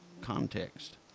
context